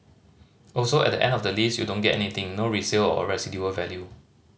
also at the end of the lease you don't get anything no resale or residual value